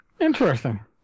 Interesting